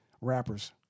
rappers